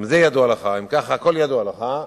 גם זה ידוע לך, אם כך, הכול ידוע לך,